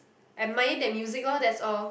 admire that music lor that's all